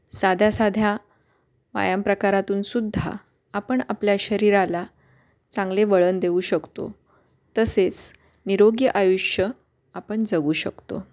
साध्या साध्या व्यायाम प्रकारातून सुद्धा आपण आपल्या शरीराला चांगले वळण देऊ शकतो तसेच निरोगी आयुष्य आपण जगू शकतो